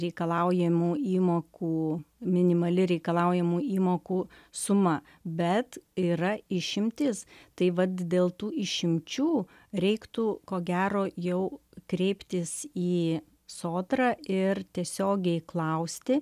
reikalaujamų įmokų minimali reikalaujamų įmokų suma bet yra išimtys tai vat dėl tų išimčių reiktų ko gero jau kreiptis į sodrą ir tiesiogiai klausti